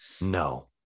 No